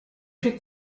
się